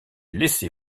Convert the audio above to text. laissez